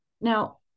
Now